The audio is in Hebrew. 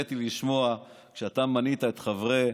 נהניתי לשמוע שכשאתה מנית את חברי